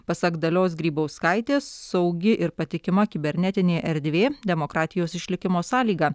pasak dalios grybauskaitės saugi ir patikima kibernetinė erdvė demokratijos išlikimo sąlyga